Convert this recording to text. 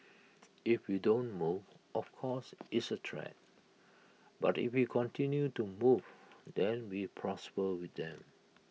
if you don't move of course it's A threat but if you continue to move then we prosper with them